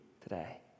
today